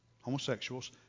homosexuals